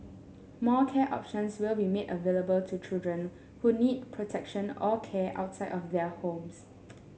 more care options will be made available to children who need protection or care outside of their homes